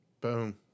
boom